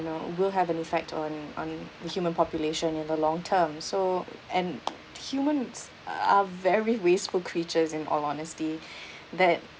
you know will have an effect on on the human population in the long term so and humans are very wasteful creatures in all honesty that